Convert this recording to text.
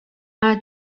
are